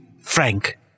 Frank